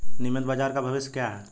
नियमित बाजार का भविष्य क्या है?